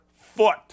foot